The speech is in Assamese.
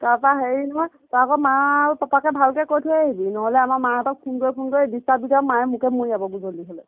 তাপা হেৰি নহয় তই আকৌ মা আৰু পাপাকে ভালকৈ কৈ থৈ আহিবি নহ'লে আমাৰ মাহঁতক ফোন কৰি ফোন কৰি ডিষ্টাৰ্ব দি থাকিব মায়ে মোকে মৰিয়াব গধূলি হ'লে